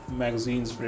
magazines